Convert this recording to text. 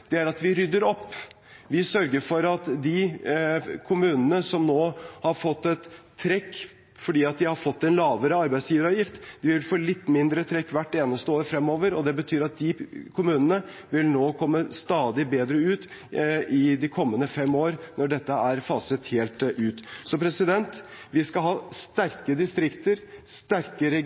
er at vi rydder opp. Vi sørger for at de kommunene som nå har fått et trekk fordi de har fått en lavere arbeidsgiveravgift, vil få litt mindre trekk hvert eneste år fremover. Det betyr at de kommunene vil komme stadig bedre ut i de kommende fem år når dette er faset helt ut. Vi skal ha